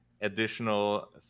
additional